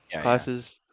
classes